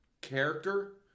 character